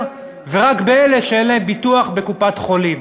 ורק באלה שאין להם ביטוח בקופת-החולים.